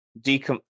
decom